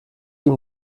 ihm